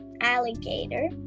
alligator